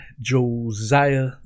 Josiah